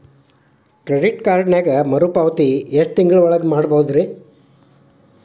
Credit ಕಾರ್ಡಿನಲ್ಲಿ ಮರುಪಾವತಿ ಎಷ್ಟು ತಿಂಗಳ ಒಳಗ ಮಾಡಬಹುದ್ರಿ?